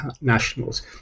nationals